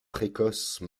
précoce